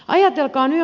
ajatelkaa nyt